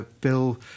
Bill